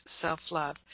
self-love